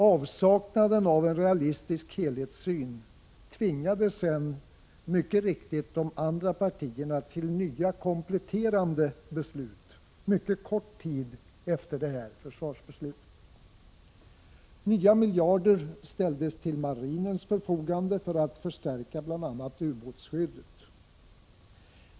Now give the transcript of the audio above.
Avsaknaden av en realistisk helhetssyn tvingade sedan mycket riktigt de andra partierna till nya kompletterande beslut, mycket kort tid efter det här försvarsbeslutet. Nya miljarder ställdes till marinens förfogande för att förstärka bl.a. ubåtsskyddet.